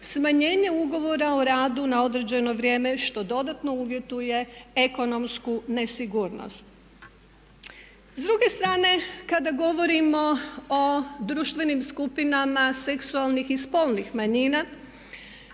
smanjenje ugovora o radu na određeno vrijeme što dodatno uvjetuje ekonomsku nesigurnost. S druge strane, kada govorimo o društvenim skupinama seksualnih i spolnih manjina